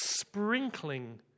sprinkling